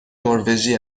نروژی